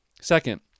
Second